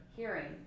hearing